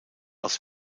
aus